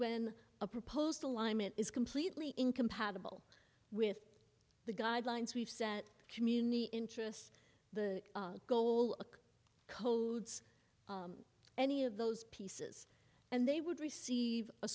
when a proposed alignment is completely incompatible with the guidelines we've set community interests the goal codes any of those pieces and they would receive a